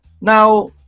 Now